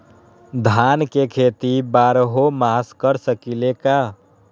धान के खेती बारहों मास कर सकीले का?